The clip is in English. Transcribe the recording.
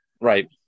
right